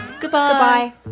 Goodbye